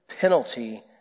penalty